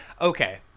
okay